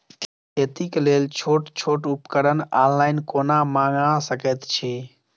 खेतीक लेल छोट छोट उपकरण ऑनलाइन कोना मंगा सकैत छी?